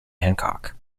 hancock